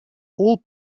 all